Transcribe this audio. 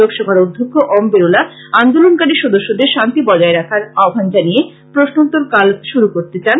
লোকসভার অধ্যক্ষ ওম বিরলা আন্দোলনকারী সদস্যদের শান্তি বজায় রাখার আহ্বান জানিয়ে প্রশ্নোত্তর কাল শুরু করতে চান